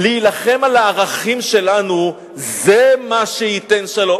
להילחם על הערכים שלנו זה מה שייתן שלום.